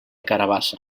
carabassa